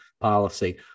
policy